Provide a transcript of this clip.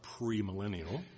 premillennial